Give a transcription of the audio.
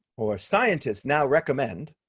or scientists now recommend,